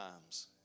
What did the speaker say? times